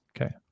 Okay